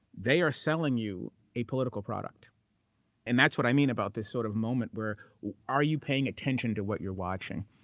they are selling you a political product and that's what i mean about this sort of moment where are you paying attention to what you're watching.